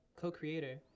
co-creator